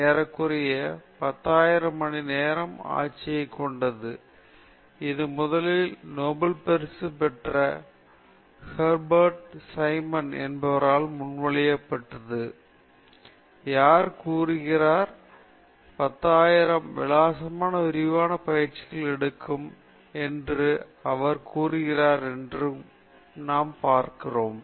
ஏறக்குறைய 10000 மணிநேர ஆட்சியைக் கொண்டது இது முதலில் நோபல் பரிசு பெற்ற ஹெர்பெர்ட் சைமன் என்பவரால் முன்மொழியப்பட்டது யார் கூறுகிறார் என்று கூறுகிறார் யார் 10000 விலாசமான விரிவான பயிற்சி எடுக்கும் என்று எவர் கூறுகிறார் என்று கூறுகிறார்